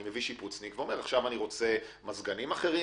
אני מביא שיפוצניק ואומר: אני רוצה מזגנים אחרים,